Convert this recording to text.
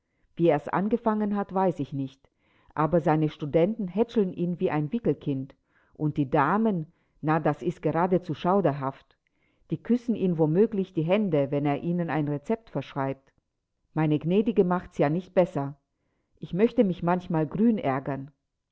wie er's angefangen hat weiß ich nicht aber seine studenten hätscheln ihn wie ein wickelkind und die damen na das ist geradezu schauderhaft die küssen ihm womöglich die hände wenn er ihnen ein rezept verschreibt meine gnädige macht's ja nicht besser ich möchte mich manchmal grün ärgern